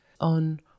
on